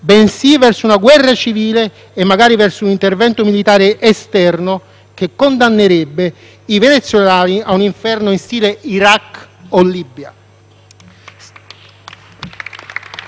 bensì verso una guerra civile e magari verso un intervento militare esterno che condannerebbe i venezuelani a un inferno in stile Iraq o Libia. *(Applausi